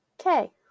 okay